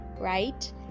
right